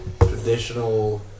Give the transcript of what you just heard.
traditional